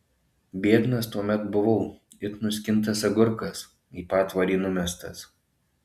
biednas tuomet buvau it nuskintas agurkas į patvorį numestas